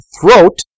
throat